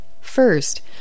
First